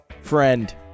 friend